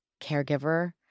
caregiver